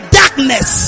darkness